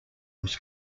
was